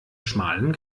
schmalen